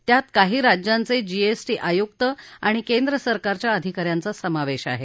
त्यात काही राज्यांचे जीएसटी आयुक्त आणि केंद्र सरकारच्या अधिका यांचा समावेश आहे